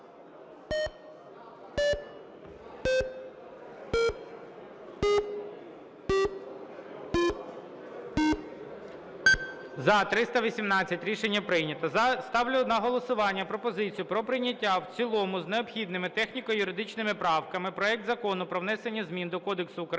За-318 Рішення прийнято. Ставлю на голосування пропозицію про прийняття в цілому з необхідними техніко-юридичними правками проект Закону про внесення змін до Кодексу України